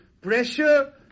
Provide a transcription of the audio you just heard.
pressure